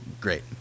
Great